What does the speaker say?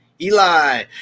Eli